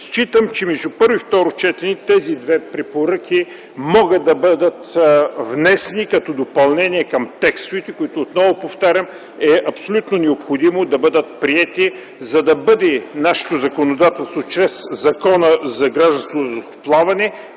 Смятам, че между първо и второ четене тези две препоръки могат да бъдат внесени като допълнение към текстовете, които – отново повтарям – е абсолютно необходимо да бъдат приети, за да бъде нашето законодателство чрез Закона за гражданското въздухоплаване